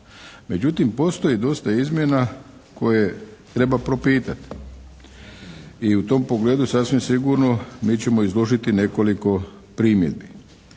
Međutim postoji dosta izmjena koje treba propitati i u tom pogledu sasvim sigurno mi ćemo izložiti nekoliko primjedbi.